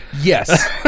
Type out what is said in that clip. Yes